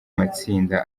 matsinda